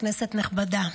כנסת נכבדה,